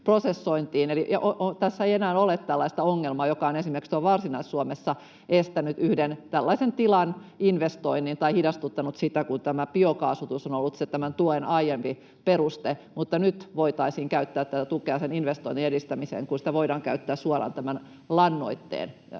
tässä ei enää ole tällaista ongelmaa, joka on esimerkiksi Varsinais-Suomessa estänyt yhden tällaisen tilan investoinnin tai hidastuttanut sitä, kun tämä biokaasutus on ollut se tämän tuen aiempi peruste, mutta nyt voitaisiin käyttää tätä tukea sen investoinnin edistämiseen, kun sitä voidaan käyttää suoraan tämän lannoitteen